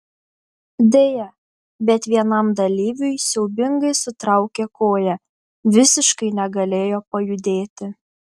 deja bet vienam dalyviui siaubingai sutraukė koją visiškai negalėjo pajudėti